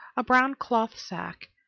a brown cloth sacque,